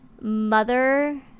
mother